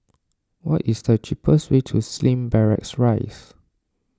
what is the cheapest way to Slim Barracks Rise